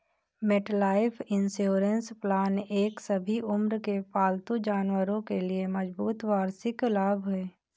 MetLife insurance plan एक सभी उम्र के पालतू जानवरों के लिए मजबूत वार्षिक लाभ है